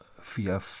Via